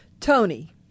Tony